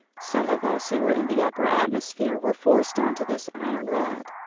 some of us who were in the upper atmosphere were forced on to this iron rod,